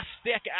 stick